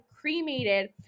cremated